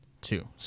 Two